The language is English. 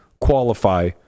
qualify